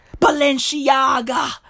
Balenciaga